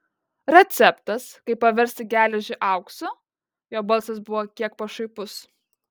receptas kaip paversti geležį auksu jo balsas buvo kiek pašaipus